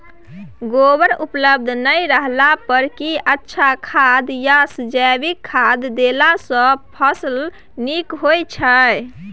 गोबर उपलब्ध नय रहला पर की अच्छा खाद याषजैविक खाद देला सॅ फस ल नीक होय छै?